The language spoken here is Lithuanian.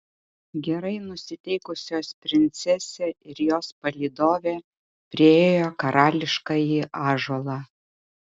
gerai nusiteikusios princesė ir jos palydovė priėjo karališkąjį ąžuolą